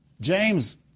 James